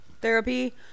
therapy